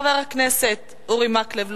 חבר הכנסת אורי מקלב,